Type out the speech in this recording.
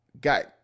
got